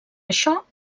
això